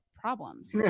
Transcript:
problems